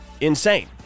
insane